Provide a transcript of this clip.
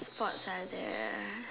sport science there